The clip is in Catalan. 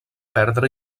perdre